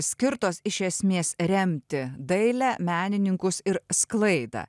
skirtos iš esmės remti dailę menininkus ir sklaidą